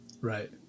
Right